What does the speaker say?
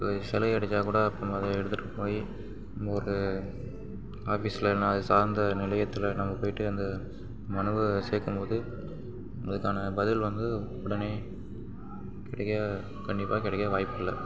சலுகை கெடைச்சா கூட எடுத்துகிட்டு போயி ஒரு ஆஃபிஸில் என்ன சார்ந்த நிலையத்தில் நம்ம போய்ட்டு அந்த மனுவை சேர்க்கும்மோது அதுக்கான பதில் வந்து உடனே கிடைக்க கண்டிப்பாக கிடைக்க வாய்ப்பில்லை